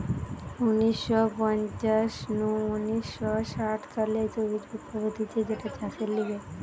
উনিশ শ পঞ্চাশ নু উনিশ শ ষাট সালে সবুজ বিপ্লব হতিছে যেটা চাষের লিগে